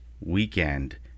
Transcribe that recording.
weekend